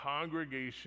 congregation